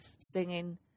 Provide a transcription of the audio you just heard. singing